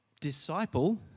disciple